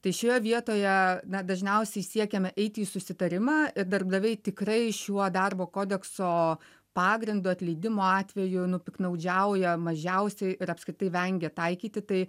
tai šioje vietoje na dažniausiai siekiame eiti į susitarimą ir darbdaviai tikrai šiuo darbo kodekso pagrindu atleidimo atveju nu piktnaudžiauja mažiausiai ir apskritai vengia taikyti tai